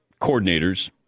coordinators